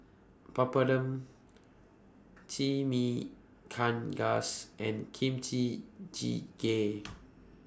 Papadum Chimichangas and Kimchi Jjigae